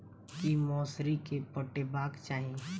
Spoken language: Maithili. की मौसरी केँ पटेबाक चाहि?